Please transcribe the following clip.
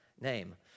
name